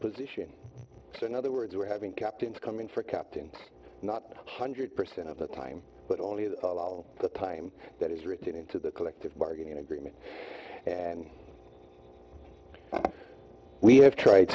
position in other words we're having captains come in for captain not hundred percent of the time but only all the time that is written into the collective bargaining agreement and we have tried